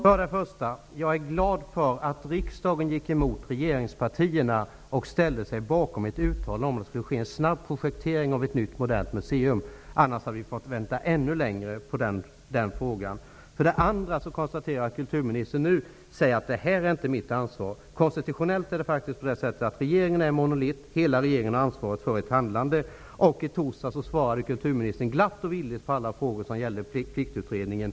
Herr talman! För det första är jag glad över att riksdagen gick emot regeringspartierna och ställde sig bakom ett uttalande om att en snabb projektering av ett nytt modernt museum skulle ske. Annars hade vi fått vänta ännu längre. För det andra konstaterar jag att kulturministern nu säger att detta inte är hennes ansvar. Konstitutionellt är regeringen monolitisk, hela regeringen har ansvar för ett handlande. I torsdags besvarade kulturministern glatt och villigt alla frågor som gällde Pliktutredningen.